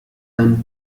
and